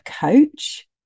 coach